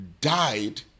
died